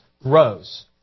grows